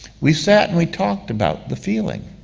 we sat and we talked about the feeling,